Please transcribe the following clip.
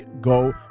go